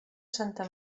santa